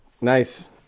Nice